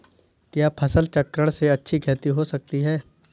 क्या फसल चक्रण से अच्छी खेती हो सकती है?